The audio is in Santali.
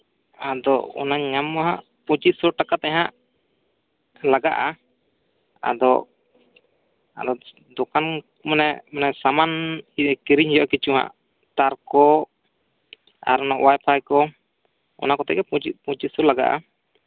ᱟᱫᱚ ᱚᱱᱟᱧ ᱧᱟᱢ ᱟᱢᱟᱦᱟᱜ ᱯᱚᱪᱤᱥ ᱥᱚ ᱴᱟᱠᱟᱛᱮ ᱦᱟᱸᱜ ᱞᱟᱜᱟᱜᱼᱟ ᱟᱫᱚ ᱫᱳᱠᱟᱱ ᱢᱟᱱᱮ ᱢᱟᱱᱮ ᱥᱟᱢᱟᱱ ᱤᱭᱟᱹ ᱠᱤᱨᱤᱧ ᱦᱩᱭᱩᱜᱼᱟ ᱠᱤᱪᱷᱩ ᱦᱟᱸᱜ ᱛᱟᱨᱠᱚ ᱟᱨ ᱚᱱᱮ ᱚᱣᱟᱭᱯᱷᱟᱭᱠᱚ ᱚᱱᱟ ᱠᱚᱛᱮᱜᱮ ᱯᱚᱪᱤᱥ ᱥᱚ ᱞᱟᱜᱟᱜᱼᱟ